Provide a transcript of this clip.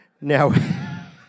now